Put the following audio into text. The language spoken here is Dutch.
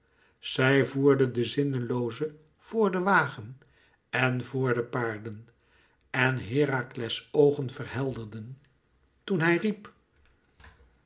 zij voerde den zinnelooze vor den wagen en vor de paarden en herakles oogen verhelderden toen hij riep